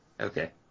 Okay